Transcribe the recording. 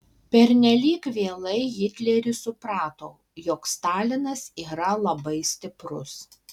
pernelyg vėlai hitleris suprato jog stalinas yra labai stiprus